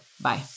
bye